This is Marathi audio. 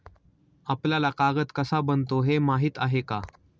आपल्याला कागद कसा बनतो हे माहीत आहे का?